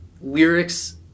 lyrics